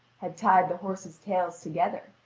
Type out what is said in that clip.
had tied the horses' tails together,